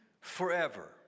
forever